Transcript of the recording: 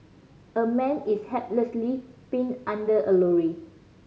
a man is helplessly pinned under a lorry